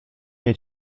nie